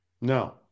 No